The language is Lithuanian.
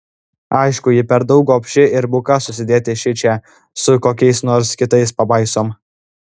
aišku ji per daug gobši ir buka susidėti šičia su kokiais nors kitais pabaisom